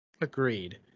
Agreed